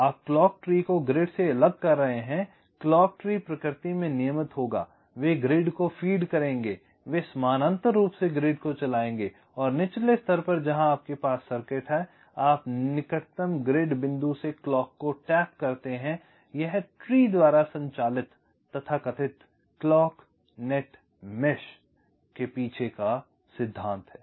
आप clock tree को grid से अलग कर रहे हैं क्लॉक ट्री प्रकृति में नियमित होगा वे ग्रिड को फीड करेंगे वे समानांतर रूप से ग्रिड को चलाएंगे और निचले स्तर पर जहां आपके पास सर्किट हैं आप निकटतम ग्रिड बिंदु से क्लॉक को टैप करते हैं यह ट्री द्वारा संचालित तथाकथित क्लॉक नेट मेष के पीछे का सिद्धांत है